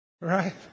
right